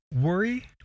worry